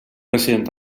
resident